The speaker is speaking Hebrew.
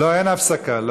אין הפסקה.